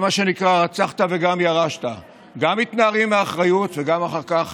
זה מה שנקרא "הרצחת וגם ירשת" גם מתנערים מאחריות וגם אחר כך